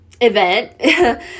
event